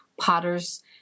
potters